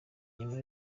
nyuma